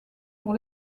pour